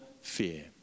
fear